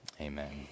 Amen